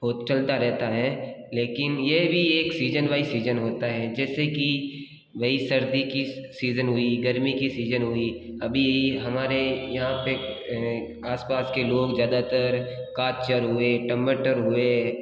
हो चलता रहता है लेकिन ये भी एक सीजन बाय सीजन होता है जैसे कि वही सर्दी की सीजन हुई गर्मी की सीजन हुई अभी हमारे यहाँ पे आसपास के लोग ज़्यादातर काचर हुए टमाटर हुए